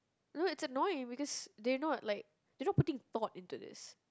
no it's annoying because they not like they not putting thought into this